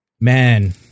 man